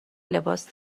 لباس